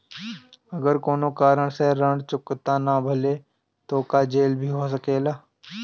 अगर कौनो कारण से ऋण चुकता न भेल तो का जेल भी हो सकेला?